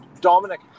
Dominic